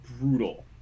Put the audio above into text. brutal